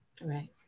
Right